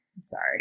sorry